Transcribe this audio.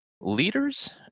leaders